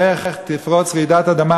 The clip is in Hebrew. תפרוץ רעידת אדמה,